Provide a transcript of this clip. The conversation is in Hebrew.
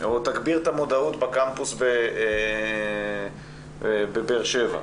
או תגביר את המודעות בקמפוס בבאר שבע.